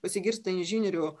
pasigirsta inžinierių